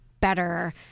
better